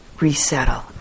resettle